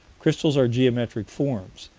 crystals are geometric forms.